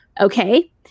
Okay